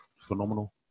phenomenal